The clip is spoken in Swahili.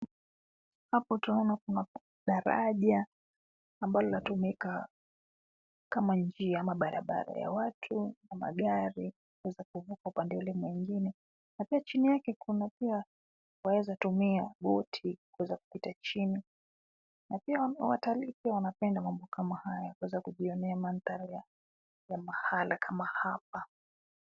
Hapa twaona kuna daraja ambalo latumika kama njia ama barabara ya watu, magari yaweza kuvuka upande ule mwingine. Na pia chini yake waweza tumia (cs)boat(cs) kuweza kupita chini na watalii pia wanapenda mambo haya. Waweze kujionaea mandhari ya mahala kama hapa.